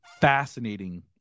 fascinating